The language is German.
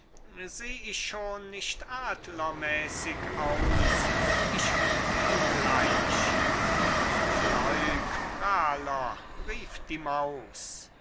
seh ich schon nicht adlermäßig aus ich flieg ihm gleich fleug prahler rief die maus